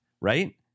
right